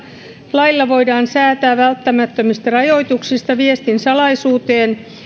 lailla voidaan säätää välttämättömistä rajoituksista viestin salaisuuteen